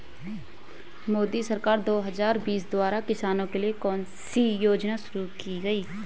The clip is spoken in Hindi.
मोदी सरकार दो हज़ार बीस द्वारा किसानों के लिए कौन सी योजनाएं शुरू की गई हैं?